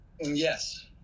Yes